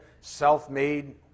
self-made